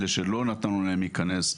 אלה שלא נתנו להם להיכנס,